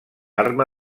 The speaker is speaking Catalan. arma